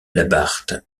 labarthe